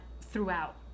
throughout